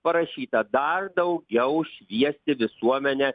parašyta dar daugiau šviesti visuomenę